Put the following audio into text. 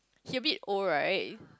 he a bit old right